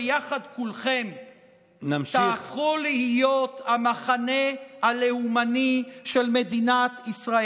ויחד כולכם תהפכו להיות המחנה הלאומני של מדינת ישראל.